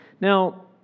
Now